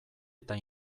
eta